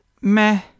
Meh